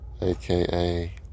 AKA